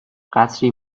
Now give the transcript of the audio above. قصری